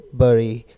bury